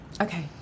Okay